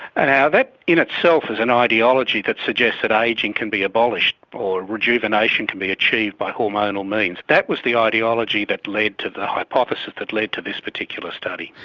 and that in itself is an ideology that suggests that ageing can be abolished or rejuvenation can be achieved by hormonal means. that was the ideology that led to the hypothesis that led to this particular study.